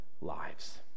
lives